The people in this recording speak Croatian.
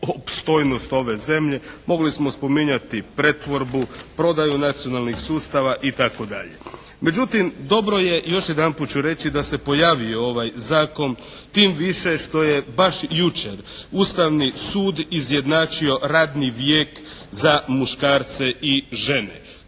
opstojnost ove zemlje. Mogli smo spominjati pretvorbu, prodaju nacionalnih sustava i tako dalje. Međutim dobro je, još jednaput ću reći da se pojavio ovaj zakon. Tim više što je baš jučer Ustavni sud izjednačio radni vijek za muškarce i žene.